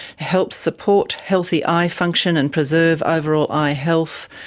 helps support healthy eye function and preserve overall eye health,